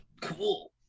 cool